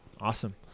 awesome